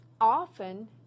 often